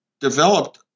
developed